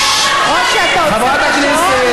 חברת הכנסת.